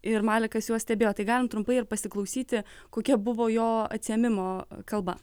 ir malekas juos stebėjo tai galim trumpai ir pasiklausyti kokia buvo jo atsiėmimo kalba